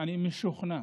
אני משוכנע